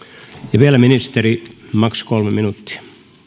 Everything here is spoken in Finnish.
vielä ministeri maks kolme minuuttia